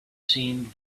seemed